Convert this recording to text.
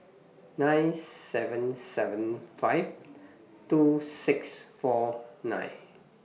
nine seven seven five two six four nine